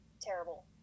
terrible